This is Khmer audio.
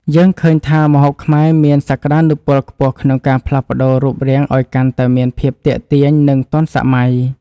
យើងឃើញថាម្ហូបខ្មែរមានសក្តានុពលខ្ពស់ក្នុងការផ្លាស់ប្តូររូបរាងឱ្យកាន់តែមានភាពទាក់ទាញនិងទាន់សម័យ។